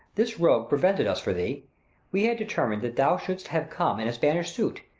this rogue prevented us for thee we had determin'd that thou should'st have come in a spanish suit,